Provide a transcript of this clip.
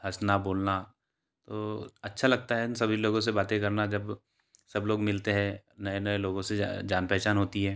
हँसना बोलना तो अच्छा लगता है इन सभी लोगों से बातें करना जब सब लोग मिलते है नए नए लोगों से जान पहचान होती है